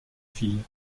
ville